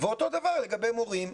ואותו דבר לגבי מורים.